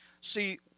See